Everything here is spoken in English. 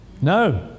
No